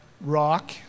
rock